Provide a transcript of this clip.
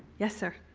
yes, sir?